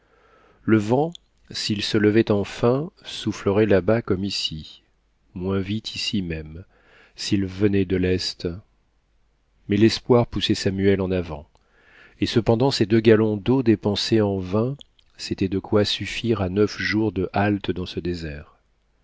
le vent s'il se levait enfin soufflerait là-bas comme ici moins vite ici même s'il venait de l'est mais l'espoir poussait samuel en avant et cependant ces deux gallons d'eau dépensés en vain c'était de quoi suffire à neuf jours de halte dans ce désert